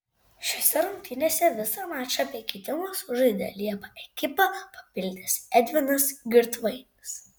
šiose rungtynėse visą mačą be keitimo sužaidė liepą ekipą papildęs edvinas girdvainis